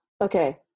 okay